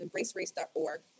EmbraceRace.org